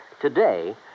Today